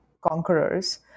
conquerors